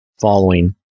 following